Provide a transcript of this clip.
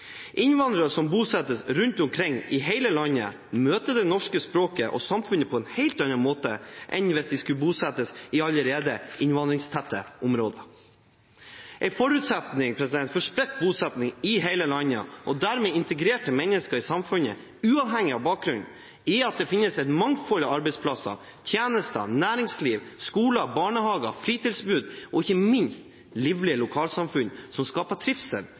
Innvandrere som bosettes rundt omkring i hele landet, møter det norske språket og samfunnet på en helt annen måte enn hvis de skulle bosettes i allerede innvandrertette områder. En forutsetning for spredt bosetting i hele landet og dermed integrerte mennesker i samfunnet, uavhengig av bakgrunn, er at det finnes et mangfold av arbeidsplasser, tjenester, næringsliv, skoler, barnehager, fritidstilbud og ikke minst livlige lokalsamfunn som skaper trivsel